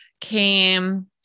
came